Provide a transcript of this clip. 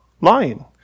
lying